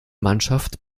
mannschaft